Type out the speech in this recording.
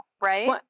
Right